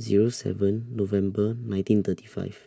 Zero seven November nineteen thirty five